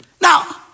Now